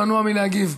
מנוע מלהגיב.